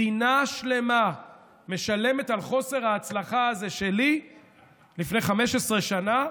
מדינה שלמה משלמת על חוסר ההצלחה הזה שלי לפני 15 שנה.